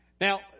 Now